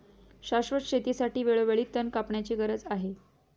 शाश्वत शेतीसाठी वेळोवेळी तण कापण्याची गरज आहे